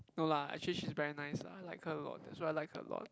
no lah actually she very nice lah I like her a lot that's why I like her a lot